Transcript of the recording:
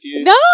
No